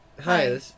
Hi